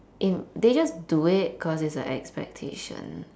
they just do it cause it's an expectation